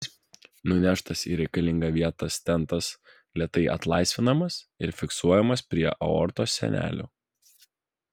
nuneštas į reikalingą vietą stentas lėtai atlaisvinamas ir fiksuojamas prie aortos sienelių